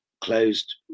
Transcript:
closed